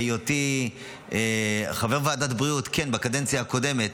בהיותי חבר ועדת הבריאות, כן, בקדנציה הקודמת,